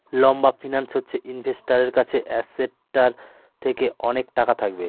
লম্বা ফিন্যান্স হচ্ছে ইনভেস্টারের কাছে অ্যাসেটটার থেকে অনেক টাকা থাকবে